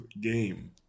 game